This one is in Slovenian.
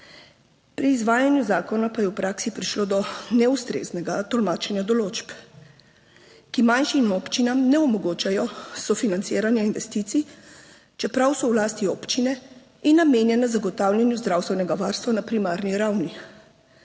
Pri izvajanju zakona pa je v praksi prišlo do neustreznega tolmačenja določb, ki manjšim občinam ne omogočajo sofinanciranja investicij, čeprav so v lasti občine in namenjene zagotavljanju zdravstvenega varstva na primarni ravni,